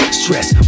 stress